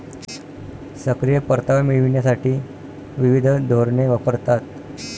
सक्रिय परतावा मिळविण्यासाठी विविध धोरणे वापरतात